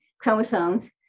chromosomes